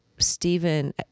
Stephen